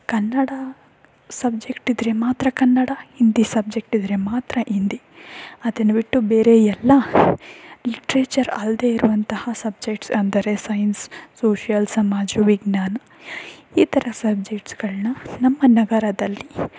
Kannada subject ಇದ್ದರೆ ಮಾತ್ರ Kannada Hindi subject ಇದ್ದರೆ ಮಾತ್ರ ಹಿಂದಿ ಅದನ್ನ ಬಿಟ್ಟು ಬೇರೆ ಎಲ್ಲ ಲಿಟ್ರೇಚರ್ ಅಲ್ಲದೆ ಇರುವಂತಹ ಸಬ್ಜೆಕ್ಟ್ಸ್ ಅಂದರೆ ಸೈನ್ಸ್ ಸೋಶಿಯಲ್ ಸಮಾಜ ವಿಜ್ಞಾನ ಈ ಥರ ಸಬ್ಜೆಕ್ಟ್ಸ್ಗಳನ್ನ ನಮ್ಮ ನಗರದಲ್ಲಿ